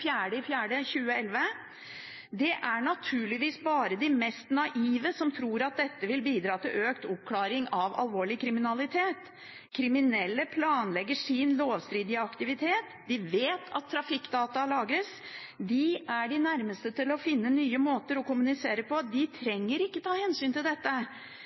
4. april 2011 sa: «Det er naturligvis bare de mest naive som tror at dette vil bidra til økt oppklaring av alvorlig kriminalitet. Kriminelle planlegger sin lovstridige aktivitet. De vet at trafikken deres lagres. De er de nærmeste til å finne nye måter å kommunisere på. De trenger ikke å ta hensyn til dette